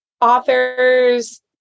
authors